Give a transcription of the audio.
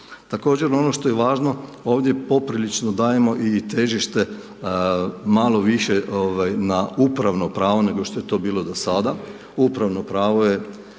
Također ono što je važno ovdje poprilično dajemo i težište malo više na upravno pravo nego što je to bilo do sada. Upravno pravo je,